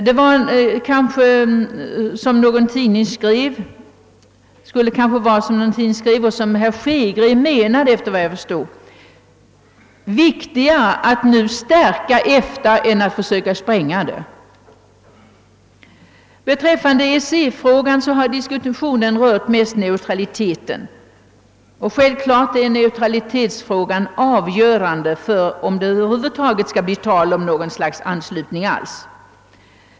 Det är, som någon tidning skrev och som herr Hansson i Skegrie tydligen också menade, viktigare att stärka EFTA än att försöka spränga det. Beträffande EEC-frågan har diskussionen mest gällt neutraliteten. I själva verket är neutralitetsfrågan avgörande för om det över huvud taget skall bli tal om något slags anslutning.